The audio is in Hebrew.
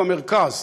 הוא במרכז.